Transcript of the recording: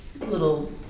little